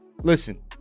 listen